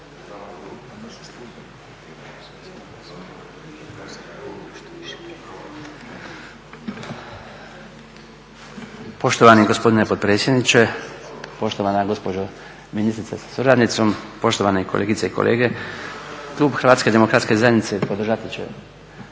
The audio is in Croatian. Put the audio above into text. Poštovani gospodine potpredsjedniče, poštovana gospođo ministrice sa suradnicom, poštovane kolegice i kolege. Klub HDZ-a podržati će